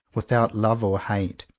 without love or hate,